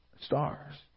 stars